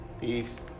Peace